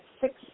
six